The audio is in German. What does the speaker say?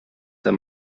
der